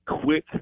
quick